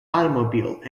automobile